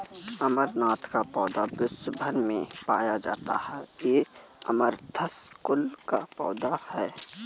अमरनाथ का पौधा विश्व् भर में पाया जाता है ये अमरंथस कुल का पौधा है